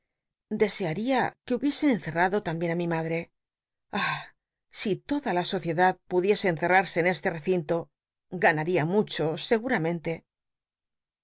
desearía que hubiesen encel'l'ado la m bien ú mi madte ah si toda la sociedad pudiese enccrrmse en este l'ecinlo ganaría mucho seguramente